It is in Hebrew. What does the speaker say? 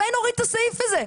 אולי נוריד את הסעיף הזה?